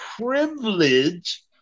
privilege